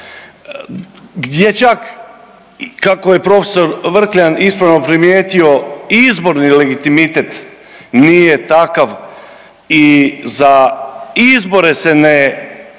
gdje čak i kako je prof. Vrkljan ispravno primijetio, izborni legitimitet nije takav i za izbore se ne